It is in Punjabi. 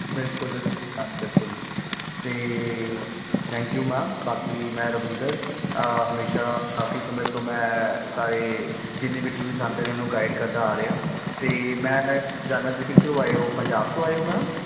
ਬਿਲਕੁਲ ਮੈਮ ਬਿਲਕੁਲ ਅਤੇ ਥੈਂਕ ਯੂ ਮੈਮ ਬਾਕੀ ਮੈਂ ਰਵਿੰਦਰ ਹਮੇਸ਼ਾ ਕਾਫ਼ੀ ਸਮੇਂ ਤੋਂ ਮੈਂ ਸਾਰੇ ਜਿੰਨੇ ਵੀ ਟੂਰਿਸਟ ਆਉਂਦੇ ਨੇ ਉਹਨੂੰ ਗਾਈਡ ਕਰਦਾ ਆ ਰਿਹਾ ਅਤੇ ਮੈਂ ਜਾਣਨਾ ਚਾਹੁੰਦਾ ਕਿੱਥੋਂ ਆਏ ਹੋ ਪੰਜਾਬ ਤੋਂ ਆਏ ਹੋ ਮੈਮ